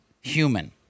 human